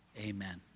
Amen